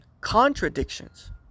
contradictions